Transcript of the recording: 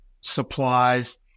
supplies